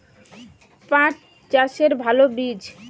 পাঠ চাষের ভালো বীজ?